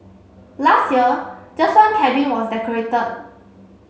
last year just one cabin was decorated